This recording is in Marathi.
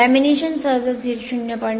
लॅमिनेशन सहसा 0